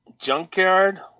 Junkyard